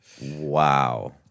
Wow